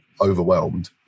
overwhelmed